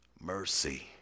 mercy